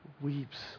weeps